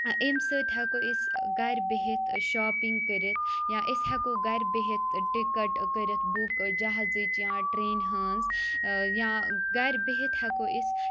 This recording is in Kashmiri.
امہِ سٟتۍ ہٮ۪کو أسۍ گَرِ بِہِتھ شاپِنٛگ کٔرِتھ یا أسۍ ہؠکو گَرِ بِہِتھ ٹِکَٹ کٔرِتھ بُک جَہازٕچ یا ٹرینہِ ہِنٛز یا گَرِ بِہِتھ ہؠکو أسۍ